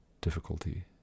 difficulty